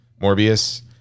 Morbius